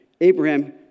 Abraham